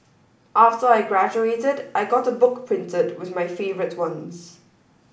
after I graduated I got a book printed with my favourite ones